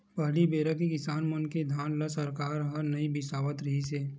पहली बेरा के किसान मन के धान ल सरकार ह नइ बिसावत रिहिस हे